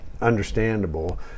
understandable